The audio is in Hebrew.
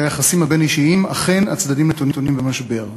ביחסים הבין-אישיים, אכן הצדדים נתונים במשבר.